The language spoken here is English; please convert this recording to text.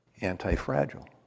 anti-fragile